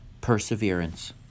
perseverance